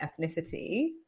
ethnicity